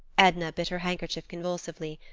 edna bit her handkerchief convulsively,